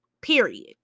Period